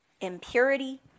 impurity